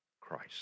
Christ